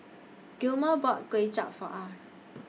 Gilmore bought Kway Chap For Ah